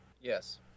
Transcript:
Yes